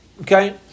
Okay